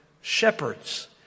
shepherds